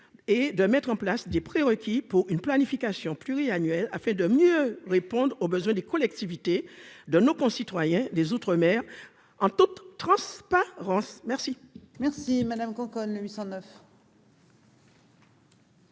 et de mettre en place des prérequis pour une planification pluriannuelle afin de mieux répondre aux besoins des collectivités et de nos concitoyens des outre-mer, en toute transparence. L'amendement n° II-809